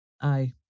Aye